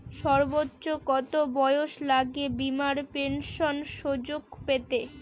সর্বোচ্চ কত বয়স লাগে বীমার পেনশন সুযোগ পেতে?